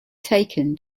taken